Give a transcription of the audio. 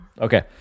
Okay